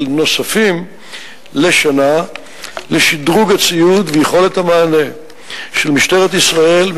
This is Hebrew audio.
נוספים לשנה לשדרוג הציוד ויכולת המענה של משטרת ישראל,